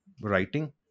writing